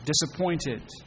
disappointed